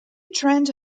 trend